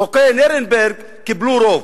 חוקי נירנברג קיבלו רוב.